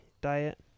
diet